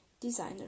designer